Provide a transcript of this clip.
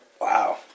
Wow